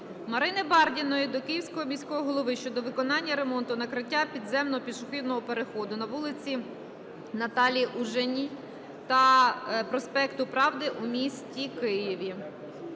Марини Бардіної до Київського міського голови щодо виконання ремонту накриття підземного пішохідного переходу на вулиці Наталії Ужвій та проспекту Правди у місті Києві.